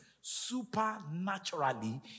supernaturally